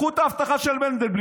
קחו את האבטחה של מנדלבליט,